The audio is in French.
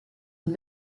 une